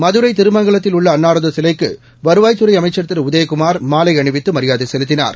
மதுரை திருமங்கலத்தில் உள்ள அன்னாரது சிலைக்கு வருவாய்த்துறை அமைச்சா திரு உதயகுமா் மாலை அணிவித்து மரியாதை செலுத்தினார்